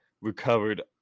recovered